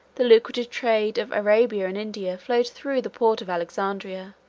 the lucrative trade of arabia and india flowed through the port of alexandria,